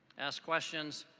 ask questions,